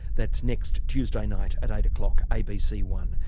that's next tuesday night at eight o'clock, a b c one.